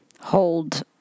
hold